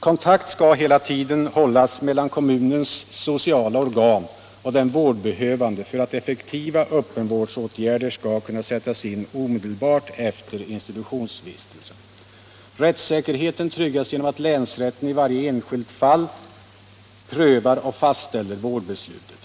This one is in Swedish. Kontakt skall hela tiden hållas mellan kommunens sociala organ och den vårdbehövande för att effektiva öppenvårdsåtgärder skall kunna sättas in omedelbart efter institutionsvistelsen. Rättssäkerheten tryggas genom att länsrätten i varje enskilt fall prövar och fastställer vårdbeslutet.